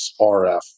RF